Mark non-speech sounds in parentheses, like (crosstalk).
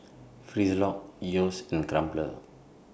(noise) Frisolac Yeo's and Crumpler